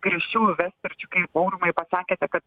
griežčiau įvesti kai aurimai pasakėte kad